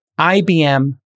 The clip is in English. IBM